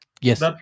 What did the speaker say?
Yes